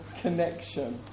connection